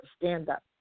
stand-up